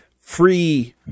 free